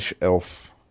elf